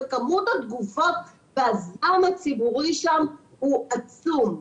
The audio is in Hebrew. כמות התגובות והזעם הציבורי שם הוא עצום.